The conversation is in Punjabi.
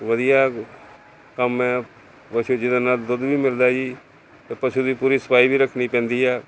ਵਧੀਆ ਕੰਮ ਹੈ ਪਸ਼ੂ ਜਿਹਦੇ ਨਾਲ ਦੁੱਧ ਵੀ ਮਿਲਦਾ ਜੀ ਅਤੇ ਪਸ਼ੂ ਦੀ ਪੂਰੀ ਸਫਾਈ ਵੀ ਰੱਖਣੀ ਪੈਂਦੀ ਆ